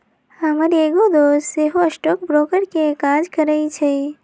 हमर एगो दोस सेहो स्टॉक ब्रोकर के काज करइ छइ